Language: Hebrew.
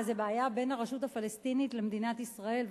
אז זו בעיה בין הרשות הפלסטינית למדינת ישראל,